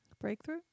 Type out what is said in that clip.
breakthrough